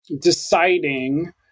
deciding